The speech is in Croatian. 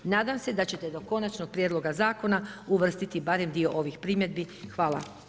Nadam se da ćete do konačnog prijedloga zakona uvrstiti barem dio ovih primjedbi, hvala.